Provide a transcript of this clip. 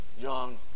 young